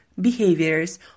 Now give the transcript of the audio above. behaviors